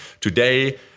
Today